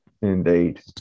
Indeed